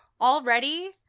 Already